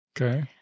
Okay